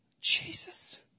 Jesus